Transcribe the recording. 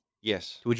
Yes